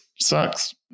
sucks